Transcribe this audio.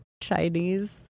Chinese